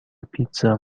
پیتزا